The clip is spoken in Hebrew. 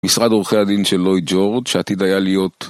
משרד אורחי הדין של לואי ג'ורד, שעתיד היה להיות